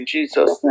Jesus